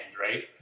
right